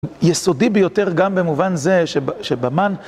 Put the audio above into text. יסודי ביותר גם במובן זה שבמן